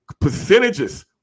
percentages